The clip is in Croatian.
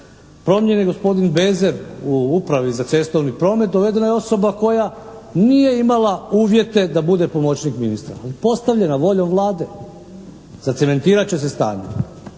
Promijenjen je gospodin Bezev u upravi za cestovni promet. Dovedena je osoba koja nije imala uvjete da bude pomoćnik ministra ali postavljena voljom Vlade. Zacementirat će se stanje.